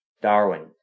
Darwin